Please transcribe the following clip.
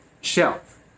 shelf